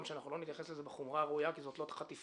שלא נתייחס לזה בחומרה הראויה כי זאת לא חטיפה,